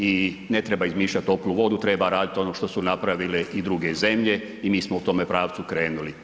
I ne treba izmišljati toplu vodu, treba raditi ono što su napravile i druge zemlje i mi smo u tome pravcu krenuli.